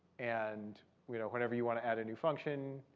and you know whenever you want to add a new function,